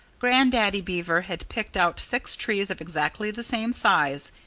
grandaddy beaver had picked out six trees of exactly the same size.